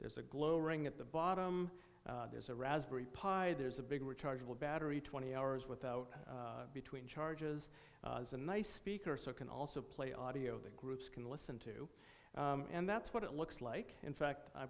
there's a glow ring at the bottom there's a raspberry pi there's a bigger chargeable battery twenty hours without between charges and nice speakers so it can also play audio the groups can listen to and that's what it looks like in fact i